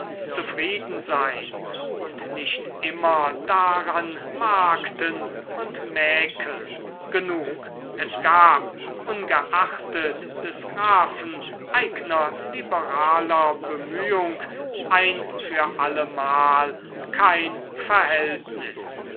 zufrieden sein und nicht immer daran markten und mäkeln genug es gab ungeachtet des grafen eigner liberaler bemühung ein für allemal kein verhältnis